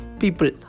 people